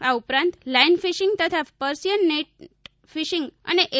આ ઉપરાંત line fishing તથા પર્સીયન નેઇટ ફીશીંગ અને એલ